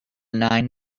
nine